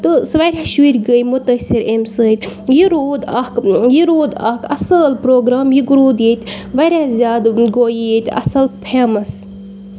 تہٕ سُہ واریاہ شُرۍ گٔے مُتٲثر اَمہِ سۭتۍ یہِ روٗد اکھ یہِ روٗد اکھ اَصٕل پروگرام یہِ روٗد ییٚتہِ واریاہ زیادٕ گوٚو یہِ ییٚتہِ اَصٕل فیمَس